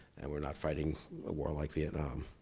and we're not fighting a war like vietnam.